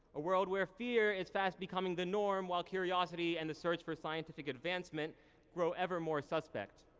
a world where fear is fast becoming the norm while curiosity and the search for scientific advancement grow ever more suspect.